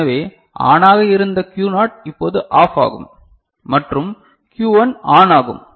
எனவே ஆனாக இருந்த Q னாட் இப்போது ஆஃப் ஆகும் மற்றும் Q 1 ஆன் ஆகும்